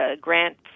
grant